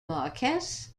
marquess